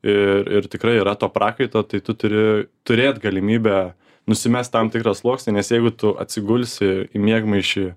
ir ir tikrai yra to prakaito tai tu turi turėt galimybę nusimest tam tikrą sluoksnį nes jeigu tu atsigulsi į miegmaišį